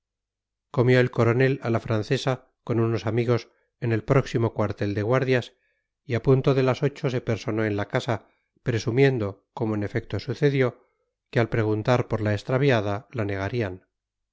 comió el coronel a la francesa con unos amigos en el próximo cuartel de guardias y a punto de las ocho se personó en la casa presumiendo como en efecto sucedió que al preguntar por la extraviada la negarían